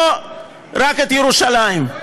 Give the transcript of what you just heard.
לא רק את ירושלים,